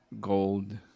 gold